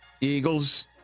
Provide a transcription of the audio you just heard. Eagles